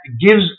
gives